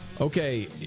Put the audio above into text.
Okay